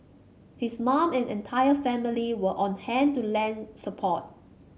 his mum and entire family were on hand to lend support